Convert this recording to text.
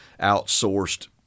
outsourced